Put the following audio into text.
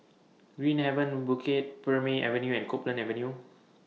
Green Haven Bukit Purmei Avenue and Copeland Avenue